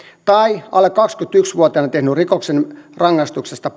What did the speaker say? tai alle kaksikymmentäyksi vuotiaana tehdyn rikoksen rangaistuksesta